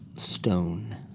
Stone